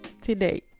Today